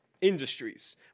industries